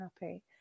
happy